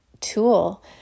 tool